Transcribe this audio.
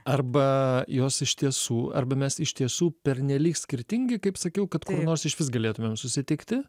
arba jos iš tiesų arba mes iš tiesų pernelyg skirtingi kaip sakiau kad kur nors išvis galėtumėm susitikti